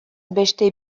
beste